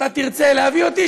אתה תרצה להביא אותי,